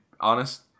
honest